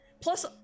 Plus